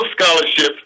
scholarship